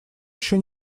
еще